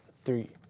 three,